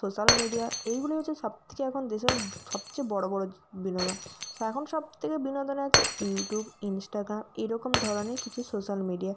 social media এইগুলোই হচ্ছে সব থেকে এখন দেশের সবচেয়ে বড়ো বড়ো বিনোদন সা এখন সব থেকে বিনোদনে আছে ইউটিউব ইনস্টাগ্রাম এরকম ধরনের কিছু সোশ্যাল মিডিয়া